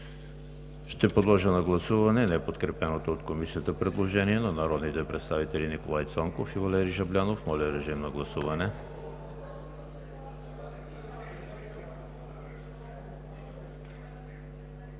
Ще подложа на гласуване неподкрепеното от Комисията предложение на народните представители Николай Цонков и Валери Жаблянов. Моля, гласувайте.